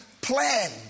plan